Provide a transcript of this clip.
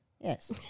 Yes